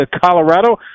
Colorado